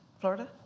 Florida